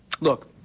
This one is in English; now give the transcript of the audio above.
Look